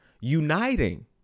uniting